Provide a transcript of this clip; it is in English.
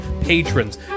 patrons